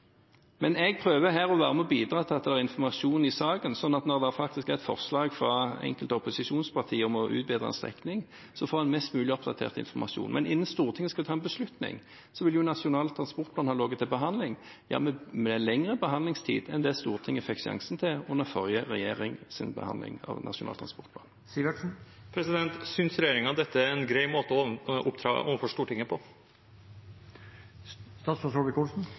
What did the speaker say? Jeg prøver her å være med og bidra til at det er informasjon i saken, slik at når det er et forslag fra enkelte opposisjonspartier om å utbedre en strekning, så får man mest mulig oppdatert informasjon. Men innen Stortinget skal ta en beslutning, vil jo Nasjonal transportplan ha ligget til behandling – med lengre behandlingstid enn det Stortinget fikk sjansen til under forrige regjerings behandling av Nasjonal transportplan. Synes regjeringen dette er en grei måte å opptre overfor Stortinget på?